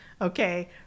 okay